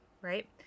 right